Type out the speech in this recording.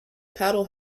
paddle